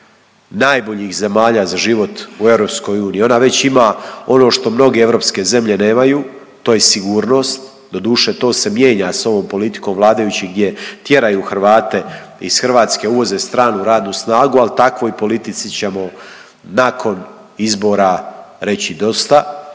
najboljih zemalja za život u EU. Ona već ima ono što mnoge europske zemlje nemaju to je sigurnost, doduše to se mijenja s ovom politikom vladajućih gdje tjeraju Hrvate iz Hrvatske, uvoze stranu radnu snagu, ali takvoj politici ćemo nakon izbora reći dosta.